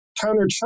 counter